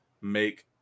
make